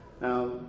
Now